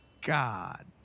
God